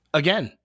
again